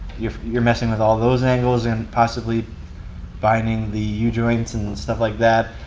you're you're messing with all those angles and possibly binding the yeah u-joints and and stuff like that.